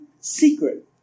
secret